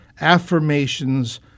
affirmations